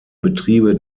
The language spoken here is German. betriebe